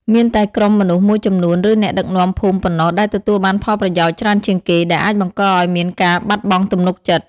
មានតែក្រុមមនុស្សមួយចំនួន ឬអ្នកដឹកនាំភូមិប៉ុណ្ណោះដែលទទួលបានផលប្រយោជន៍ច្រើនជាងគេ ដែលអាចបង្កឱ្យមានការបាត់បង់ទំនុកចិត្ត។